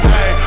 Hey